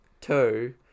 Two